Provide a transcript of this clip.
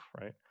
right